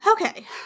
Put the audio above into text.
Okay